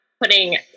putting